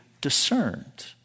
discerned